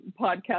podcast